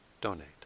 donate